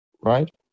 right